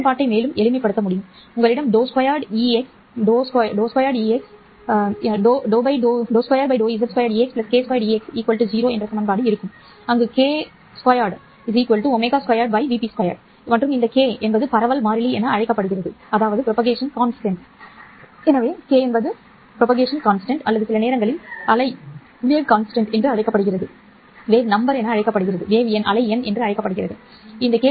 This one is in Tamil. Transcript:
சமன்பாட்டை மேலும் எளிமைப்படுத்தலாம் உங்களிடம் ∂2E x ∂z2 k 2Ex 0 இருக்கும் அங்கு k2 ω2 vp2 மற்றும் இந்த k பரவல் மாறிலி என அழைக்கப்படுகிறது எனவே இந்த k என்பது பரவல் மாறிலி அல்லது சில நேரங்களில் அலை என அழைக்கப்படுகிறது எண்ணும் சரி k2 ω2 vp2